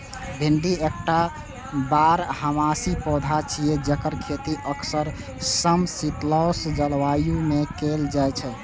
भिंडी एकटा बारहमासी पौधा छियै, जेकर खेती अक्सर समशीतोष्ण जलवायु मे कैल जाइ छै